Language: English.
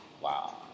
Wow